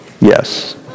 Yes